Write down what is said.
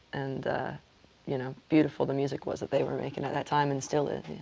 and the you know beautiful the music was that they were making at that time and still is,